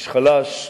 איש חלש,